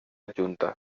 adjunta